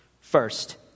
First